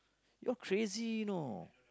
you're crazy you know